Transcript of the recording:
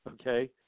okay